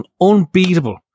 unbeatable